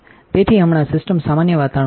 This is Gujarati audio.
તેથી હમણાં સિસ્ટમ સામાન્ય વાતાવરણમાં છે